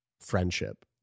friendship